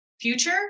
future